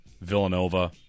Villanova